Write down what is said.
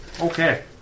Okay